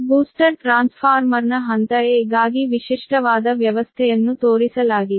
booster ಟ್ರಾನ್ಸ್ಫಾರ್ಮರ್ನ ಹಂತ a ಗಾಗಿ ವಿಶಿಷ್ಟವಾದ ವ್ಯವಸ್ಥೆಯನ್ನು ತೋರಿಸಲಾಗಿದೆ